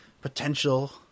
potential